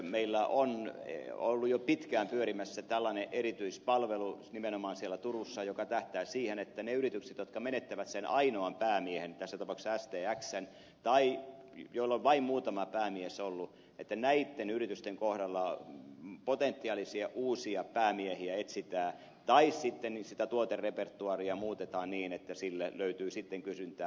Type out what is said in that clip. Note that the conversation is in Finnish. meillä on ollut jo pitkään pyörimässä tällainen erityispalvelu nimenomaan siellä turussa joka tähtää siihen että niitten yritysten kohdalla jotka menettävät sen ainoan päämiehen tässä tapauksessa stxn tai joilla on vain muutama päämies ollut etsitään potentiaalisia uusia päämiehiä tai sitten sitä tuoterepertoaaria muutetaan niin että sille löytyy sitten kysyntää